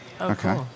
Okay